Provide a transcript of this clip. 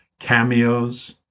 cameos